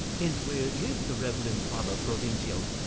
and where is the reverend father provincial?